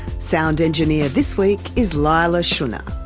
sound engineer this week is leila shunnar,